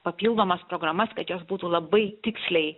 papildomas programas kad jos būtų labai tiksliai